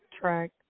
track